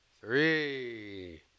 three